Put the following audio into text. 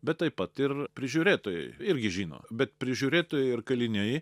bet taip pat ir prižiūrėtojai irgi žino bet prižiūrėtojai ir kaliniai